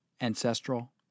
ancestral